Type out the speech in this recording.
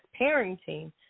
parenting